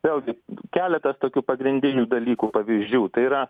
vėl gi keletas tokių pagrindinių dalykų pavyzdžių tai yra